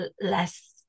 less